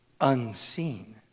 unseen